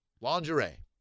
lingerie